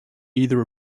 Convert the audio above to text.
either